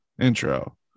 intro